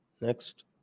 next